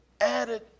added